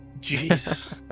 Jesus